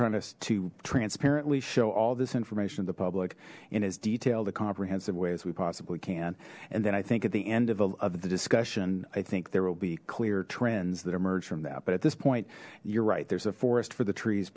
trying to to transparently show all this information in to public in as detailed a comprehensive way as we possibly can and then i think at the end of the discussion i think there will be clear trends that emerge from that but at this point you're right there's a forest for the trees